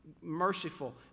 merciful